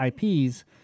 IPs